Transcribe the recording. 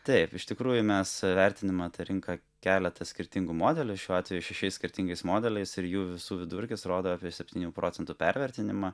taip iš tikrųjų mes vertiname tą rinką keleta skirtingų modelių šiuo atveju šešiais skirtingais modeliais ir jų visų vidurkis rodo apie septynių procentų pervertinimą